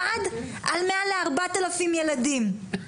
אחד על מעל לארבעת אלפים ילדים.